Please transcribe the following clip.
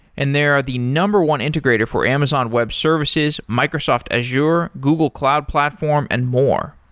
and they are the number one integrator for amazon web services, microsoft azure, google cloud platform and more.